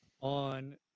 on